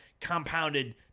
compounded